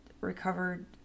recovered